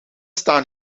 staan